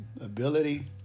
ability